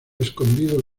escondido